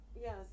Yes